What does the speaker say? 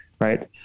Right